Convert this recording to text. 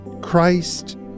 Christ